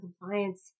compliance